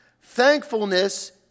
thankfulness